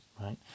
right